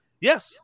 Yes